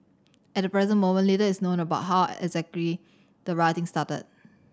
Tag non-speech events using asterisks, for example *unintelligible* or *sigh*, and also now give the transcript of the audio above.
at the present moment little is known about how *unintelligible* the rioting started